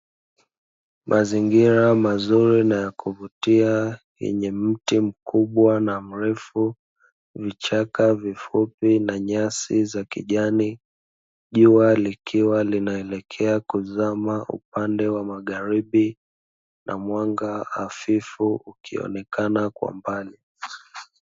Mazingira mazuri na ya kuvutia, yenye mti mkubwa na mrefu, vichaka vifupi na nyasi za kijani; jua likiwa linaelekea kuzama upande wa magharibi na mwanga hafifu ukionekena kwa mbali.